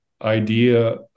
idea